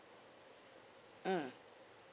mm